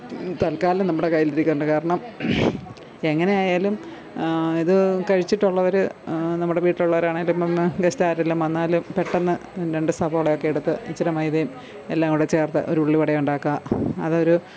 തൽക്കാലം നമ്മുടെ കയ്യിലിരിക്കുന്ന കാരണം എങ്ങനെയായാലും ഇത് കഴിച്ചിട്ടുള്ളവര് നമ്മുടെ വീട്ടിലുള്ളവരാണേലും വന്ന ഗെസ്റ്റ് ആരേലും വന്നാലും പെട്ടെന്ന് രണ്ട് സവാളയൊക്കെ എടുത്ത് ഇച്ചിര മൈദയും എല്ലാം കൂടെ ചേർത്ത് ഒരു ഉള്ളിവട ഒണ്ടാക്ക അതൊരു